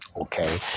Okay